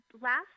last